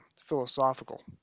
philosophical